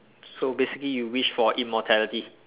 so basically you wish for immortality